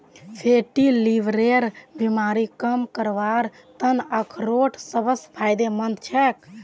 fatty लीवरेर बीमारी कम करवार त न अखरोट सबस फायदेमंद छेक